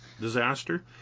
disaster